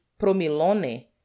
Promilone